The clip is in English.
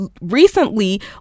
recently